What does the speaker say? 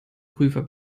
prüfer